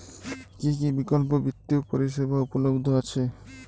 কী কী বিকল্প বিত্তীয় পরিষেবা উপলব্ধ আছে?